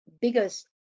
biggest